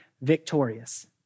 victorious